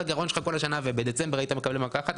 הגירעון שלך כל השנה ובדצמבר היית מקבל מכה אחת,